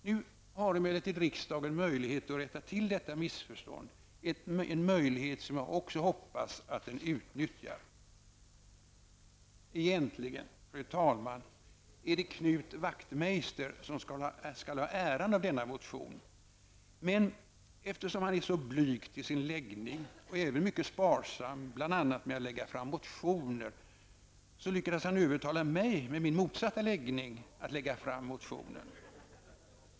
Nu har emellertid riksdagen möjlighet att rätta till detta missförhållande, en möjlighet som jag hoppas att den utnyttjar. Egentligen, fru talman, är det Knut Wachtmeister som skall ha äran av denna motion. Men eftersom han är så blyg till sin läggning och även mycket sparsam, bl.a. med att lägga fram motioner, lyckades han övertala mig med min motsatta läggning att lägga fram motionen.